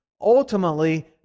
Ultimately